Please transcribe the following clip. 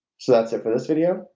so that's it for this video,